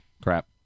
Crap